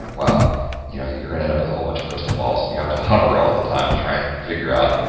well you know you're gonna end up with a whole bunch of crystal balls and you have to hover all at the time to try and figure out.